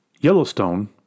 Yellowstone